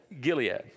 Gilead